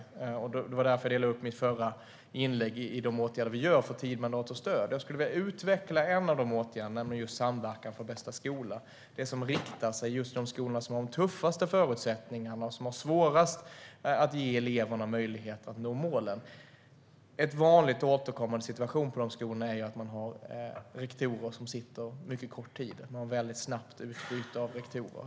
Det var därför jag delade upp mitt förra inlägg enligt de åtgärder vi vidtar för tidigt mandat och stöd. Jag skulle vilja utveckla en av de åtgärderna, nämligen samverkan för bästa skola, som riktar sig just till de skolor som har de tuffaste förutsättningarna och som har svårast att ge eleverna möjlighet att nå målen. En vanlig och återkommande situation på de skolorna är att man har rektorer som sitter mycket kort tid. Man har ett väldigt snabbt utbyte av rektorer.